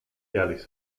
ehrlich